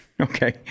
Okay